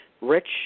rich